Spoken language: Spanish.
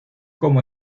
como